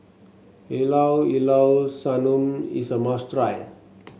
Ilao Ilao Sanum is a must try